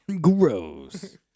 Gross